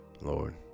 lord